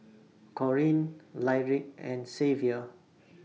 Collin Lyric and Xavier